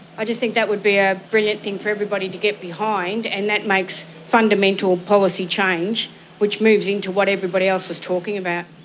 i just think that would be a brilliant thing for everybody to get behind, and that makes fundamental policy change which moves into what everybody else was talking about.